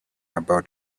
about